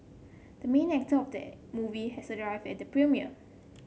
the main actor of the movie has arrived at the premiere